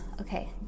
Okay